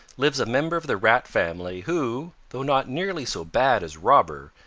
lives a member of the rat family who, though not nearly so bad as robber,